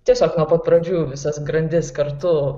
tiesiog nuo pat pradžių visas grandis kartu